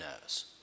knows